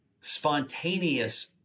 spontaneous